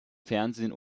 fernsehen